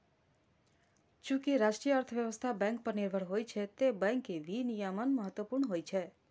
चूंकि राष्ट्रीय अर्थव्यवस्था बैंक पर निर्भर होइ छै, तें बैंक विनियमन महत्वपूर्ण होइ छै